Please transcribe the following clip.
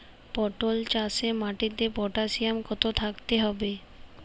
পটল চাষে মাটিতে পটাশিয়াম কত থাকতে হবে?